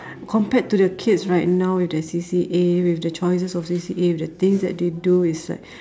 compared to the kids right now with their C_C_A with the choices of C_C_A with the things that they do is like